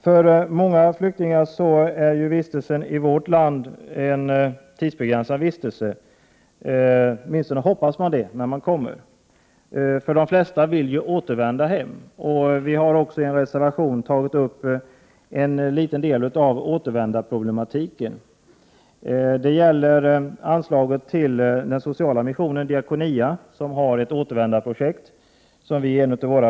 För många flyktingar är vistelsen i Sverige en tidsbegränsad vistelse — åtminstone hoppas invandrarna det när de kommer. De flesta vill ju återvända hem. I en reservation tas en del av problemen i samband med återvandringen upp och anslaget till Sociala missionen/Diakonia, som har utarbetat ett arbetsprogram för återvändande flyktingar.